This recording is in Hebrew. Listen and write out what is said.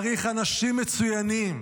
צריך אנשים מצוינים.